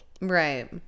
right